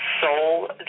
soul